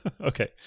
Okay